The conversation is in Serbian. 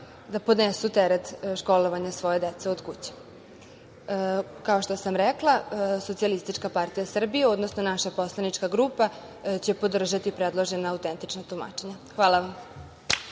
da podnesu teret školovanja svoje dece od kuće. Kao što sam rekla, SPS, odnosno naša poslanička grupa će podržati predložena autentična tumačenja. Hvala.